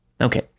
Okay